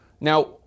Now